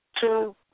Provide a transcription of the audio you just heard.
Two